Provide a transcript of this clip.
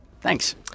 thanks